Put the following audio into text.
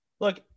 Look